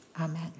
Amen